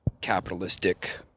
capitalistic